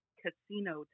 casino